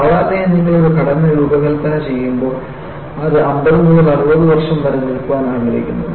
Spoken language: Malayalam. സാധാരണയായി നിങ്ങൾ ഒരു ഘടന രൂപകൽപ്പന ചെയ്യുമ്പോൾ അത് 50 മുതൽ 60 വർഷം വരെ നിൽക്കാൻ ആഗ്രഹിക്കുന്നു